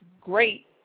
great